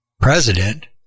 President